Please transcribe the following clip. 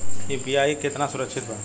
UPI कितना सुरक्षित बा?